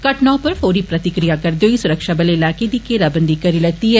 घटना उप्पर फौरी प्रतिक्रिया करदे होई सुरक्षाबले इलाके दी घेराबंदी करी लेती दी ऐ